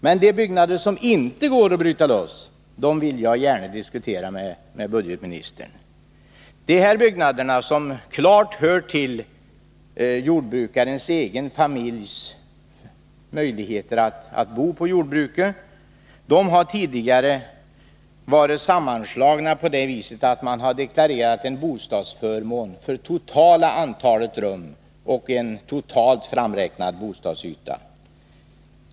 Men de byggnader som inte går att bryta loss vill jag gärna diskutera med budgetministern. Det är här fråga om byggnader som klart hör till jordbrukarens egen familjs möjligheter att bo på jordbruket. Dessa byggnader har tidigare slagits samman på det sättet att man har deklarerat en bostadsförmån för det totala antalet rum och en framräknad total bostadsyta.